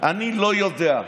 אני לא יודע.